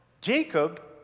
Jacob